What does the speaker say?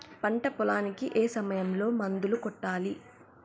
పంట పొలానికి ఏ సమయంలో మందులు కొట్టాలి?